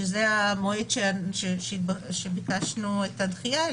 שזה המועד שביקשנו את הדחייה,